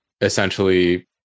essentially